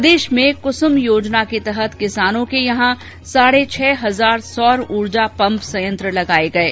प्रदेश में कुसुम योजना के तहत किसानों के यहां साढ़े छः हजार सौर ऊर्जा पम्प संयत्र लगाये गये